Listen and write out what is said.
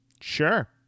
Sure